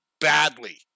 badly